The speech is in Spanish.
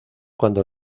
cuando